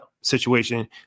situation